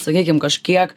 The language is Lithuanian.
sakykim kažkiek